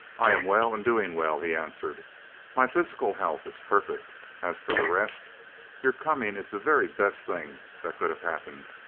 i am well and doing well, he answered my physical health is perfect as for the rest your coming is the very best thing that could have happened.